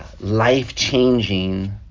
life-changing